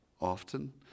often